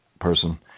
person